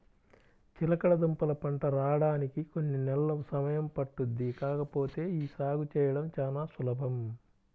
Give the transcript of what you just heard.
చిలకడదుంపల పంట రాడానికి కొన్ని నెలలు సమయం పట్టుద్ది కాకపోతే యీ సాగు చేయడం చానా సులభం